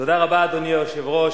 אדוני היושב-ראש,